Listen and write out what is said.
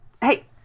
hey